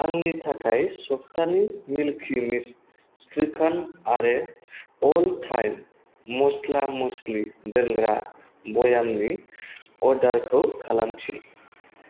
आंनि थांनाय सबथानि मिल्कि मिस्त श्रीखान्ड आरो अ'ल टाइम मस्ला मस्लि दोनग्रा बयामनि अर्डारखौ खालामफिन